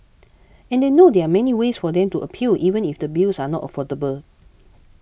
and they know there are many ways for them to appeal even if the bills are not affordable